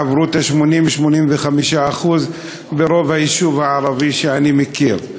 עברו את ה-85%-80% ברוב היישובים הערביים שאני מכיר.